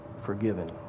forgiven